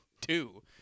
two